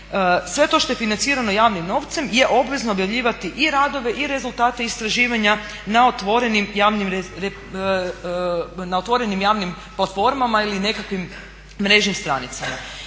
sve to što je financirano javnim novcem je obvezno objavljivati i radove i rezultate istraživanja na otvorenim javim platformama ili nekakvim mrežnim stranicama.